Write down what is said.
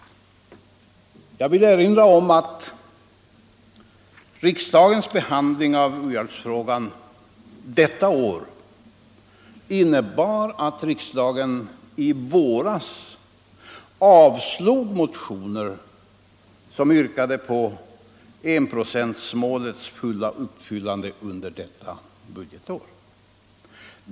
Jag vill erinra om att riksdagens behandling av u-hjälpsfrågan detta år innebar, att riksdagen i våras avslog motioner som yrkade på enprocentsmålets fulla uppfyllande under detta budgetår.